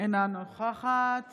אינה נוכחת